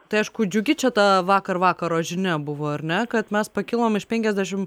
tai aišku džiugi čia ta vakar vakaro žinia buvo ar ne kad mes pakilom iš penkiasdešim